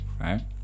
right